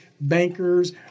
bankers